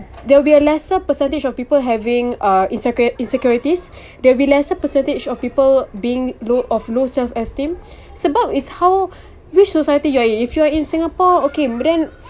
there will be a lesser percentage of people having uh insec~ insecurities there will be lesser percentage of people being low of low self esteem sebab it's how which society you are if you are in singapore okay but then